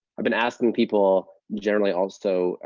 i've been asking people generally also,